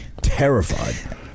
terrified